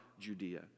Judea